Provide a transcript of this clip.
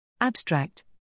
Abstract